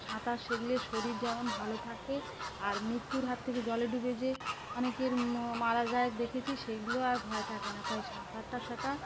সাঁতার শিখলে শরীর যেমন ভালো থাকে আর মৃত্যুর হাত থেকে জলে ডুবে যে অনেকের মারা যায় দেখেছি সেগুলো আর ভয় থাকে না তাই সাঁতারটা শেখা